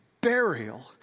burial